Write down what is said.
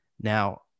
now